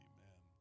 Amen